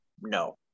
No